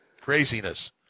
Craziness